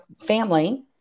family